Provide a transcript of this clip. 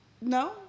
No